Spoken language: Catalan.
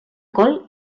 col